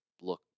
look